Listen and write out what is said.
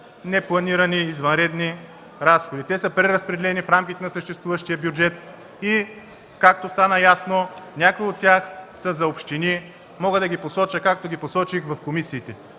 непланирани извънредни разходи. Те са преразпределени в рамките на съществуващия бюджет и както стана ясно, някои от тях са за общини. Мога да ги посоча, както ги посочих в комисиите.